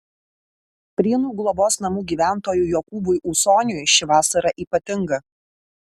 prienų globos namų gyventojui jokūbui ūsoniui ši vasara ypatinga